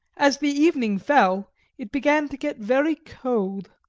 as the evening fell it began to get very cold,